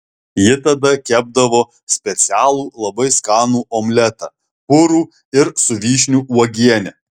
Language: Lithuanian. ji tada kepdavo specialų labai skanų omletą purų ir su vyšnių uogiene